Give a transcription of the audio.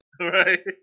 Right